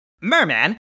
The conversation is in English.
Merman